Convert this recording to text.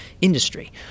industry